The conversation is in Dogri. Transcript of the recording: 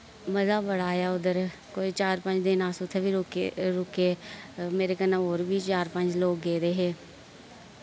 मजा बड़ा आया उद्धर कोई चार पंज दिन अस उत्थै वी रुक्के रुके मेरे कन्नै होर बी चार पंज लोक गेदे हे